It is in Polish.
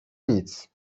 nic